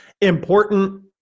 important